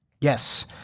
Yes